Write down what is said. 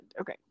okay